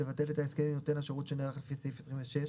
לבטל את ההסכם עם נותן השירות שנערך לפי סעיף 26,